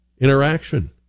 interaction